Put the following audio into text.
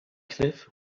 cliff